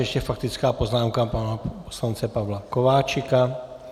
Ještě faktická poznámka pana poslance Pavla Kováčika.